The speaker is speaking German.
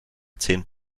zehn